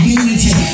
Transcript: unity